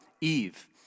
Eve